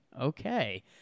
okay